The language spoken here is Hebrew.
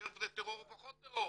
יותר טרור או פחות טרור.